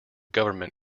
government